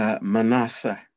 Manasseh